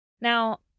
Now